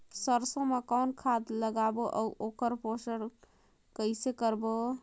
सरसो मा कौन खाद लगाबो अउ ओकर पोषण कइसे करबो?